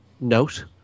note